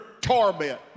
torment